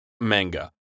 manga